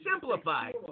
Simplified